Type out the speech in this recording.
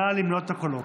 נא למנות את הקולות.